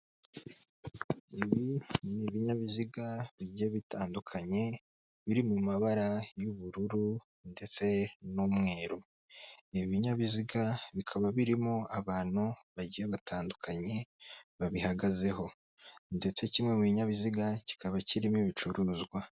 Ibi ni ibinyabiziga bijye bitandukanye biri mu mabara y'ubururu ndetse n'umweru, ibi binyabiziga bikaba birimo abantu bagiye batandukanye babihagazeho ndetse kimwe mu binyabiziga kikaba kirimo ibicuruzwa.